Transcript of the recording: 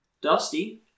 Dusty